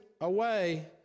away